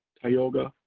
tioga,